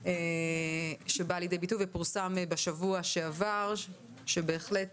שבא לידי ביטוי ופורסם בשבוע שעבר שבהחלט